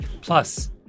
Plus